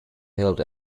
held